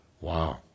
Wow